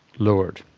lowered.